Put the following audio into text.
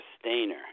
stainer